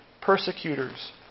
persecutors